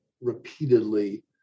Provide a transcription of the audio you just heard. repeatedly